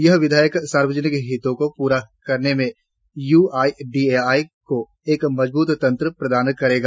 यह विधेयक सार्वजनिक हितों को पूरा करने में यूआईडीएआई को एक मजबूत तंत्र प्रदान करेगा